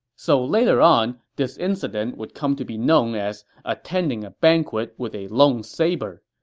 so later on, this incident would come to be known as attending a banquet with a lone saber,